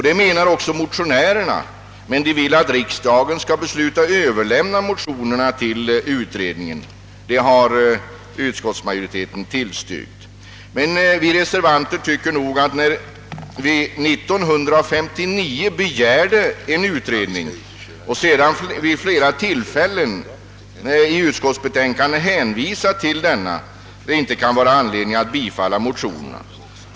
Det anser också motionärerna. Men de vill att riksdagen skall besluta att överlämna motionerna till utredningen. Detta har utskottsmajoriteten också tillstyrkt. Men vi reservanter tycker, att eftersom vi 1959 begärde en utredning och sedan vid flera tillfällen i utskottsbetänkanden har hänvisat till denna begäran, så kan det inte föreligga anledning att bifalla motionerna på den punkten.